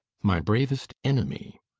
my bravest enemy.